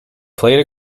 played